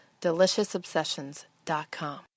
Deliciousobsessions.com